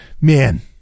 man